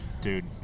dude